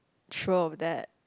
sure of that